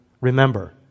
remember